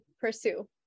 Pursue